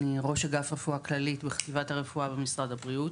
אני ראש אגף רפואה כללית בחטיבת הרפואה במשרד הבריאות.